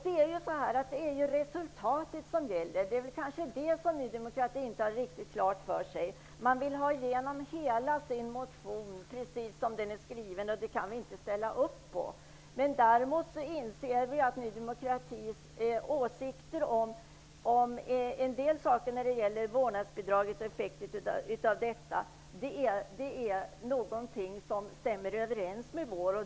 Det är resultat som gäller. Det är kanske det som Ny demokrati inte riktigt har klart för sig. Man vill ha igenom hela sin motion precis som den är skriven, och det kan vi inte ställa upp på. Däremot inser vi att Ny demokratis åsikter om en del saker när det gäller vårdnadsbidraget och effekterna av detta stämmer överens med våra.